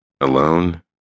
Alone